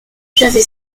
j’avais